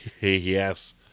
Yes